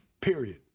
period